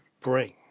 bring